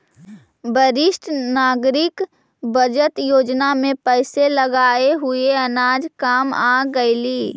वरिष्ठ नागरिक बचत योजना में पैसे लगाए हुए आज काम आ गेलइ